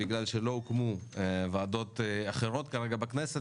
בגלל שלא הוקמו ועדות אחרות בכנסת,